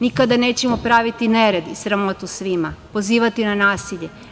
Nikada nećemo praviti nered i sramotu svima, pozivati na nasilje.